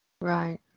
right